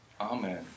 Amen